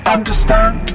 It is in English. Understand